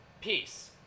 Peace